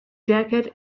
jacket